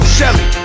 Shelly